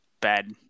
bad